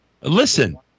Listen